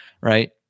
right